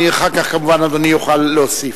אחר כך, כמובן, אדוני יוכל להוסיף.